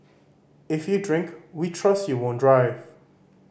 if you drink we trust you won't drive